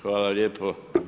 Hvala lijepo.